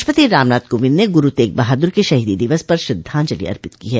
राष्ट्रपति रामनाथ कोविंद ने गुरु तेग बहादुर के शहीदी दिवस पर श्रद्धांजलि अर्पित की है